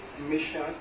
mission